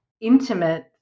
intimate